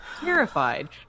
terrified